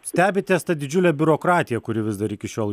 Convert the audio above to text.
stebitės ta didžiule biurokratija kuri vis dar iki šiol